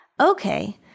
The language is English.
okay